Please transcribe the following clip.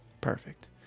perfect